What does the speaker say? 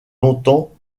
longtemps